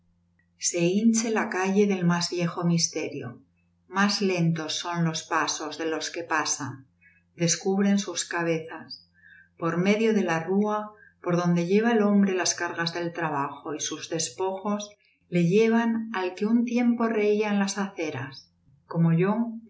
se hinche la calle del más viejo misterio más lentos son los pasos de los que pasan descubren sus cabezas por medio de la rúa por donde lleva el hombre las cargas del trabajo y sus despojos le llevan al que un tiempo reía en las aceras como yo